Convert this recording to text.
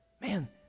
Man